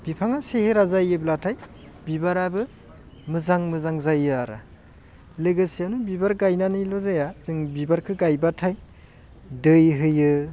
बिफाङा सेहेरा जायोब्लाथाय बिबाराबो मोजां मोजां जायो आरो लोगोसेयावनो बिबार गायनानैल' जाया जों बिबारखो गायब्लाथाय दै होयो